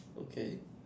okay